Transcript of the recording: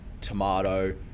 tomato